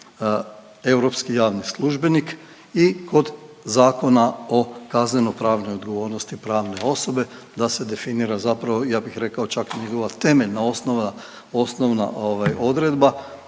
europski javni službenik i kod Zakona o kazneno-pravnoj odgovornosti pravne osobe da se definira zapravo ja bih rekao čak njegova temeljna osnovna odredba.